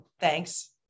Thanks